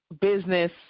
business